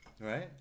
Right